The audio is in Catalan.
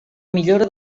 millora